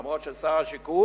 למרות ששר השיכון